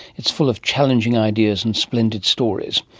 it's full of challenging ideas and splendid stories.